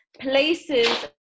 places